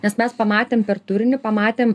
nes mes pamatėm per turinį pamatėm